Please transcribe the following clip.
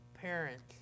parents